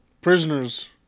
prisoners